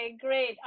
great